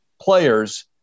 players